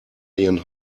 ihren